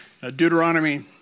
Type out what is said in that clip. Deuteronomy